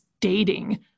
dating